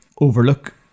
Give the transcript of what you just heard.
overlook